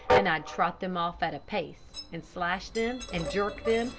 and i'd trot them off at a pace, and slash them, and jerk them,